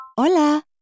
Hola